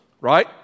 right